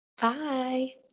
Bye